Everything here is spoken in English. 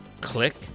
Click